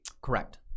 Correct